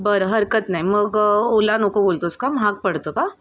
बरं हरकत नाही मग ओला नको बोलतोस का महाग पडतं का